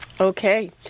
Okay